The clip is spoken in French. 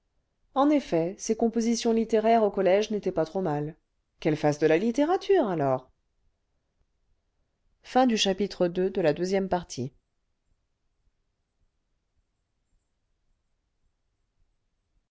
en effet ses compositions littéraires au collège n'étaient pas trop mal qu'elle fasse cle la littérature alors